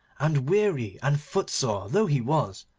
and, weary and footsore though he was,